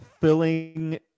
filling